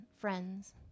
friends